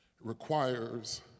requires